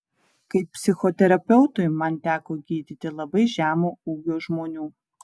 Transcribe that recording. kaip psichoterapeutui man teko gydyti labai žemo ūgio žmonių